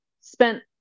spent